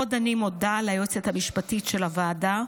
עוד אני מודה ליועצת המשפטית של הוועדה,